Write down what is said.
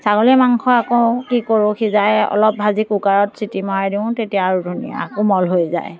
ছাগলী মাংস আকৌ কি কৰোঁ সিজাই অলপ ভাজি কুকাৰত চিটি মৰাই দিওঁ তেতিয়া আৰু ধুনীয়া কোমল হৈ যায়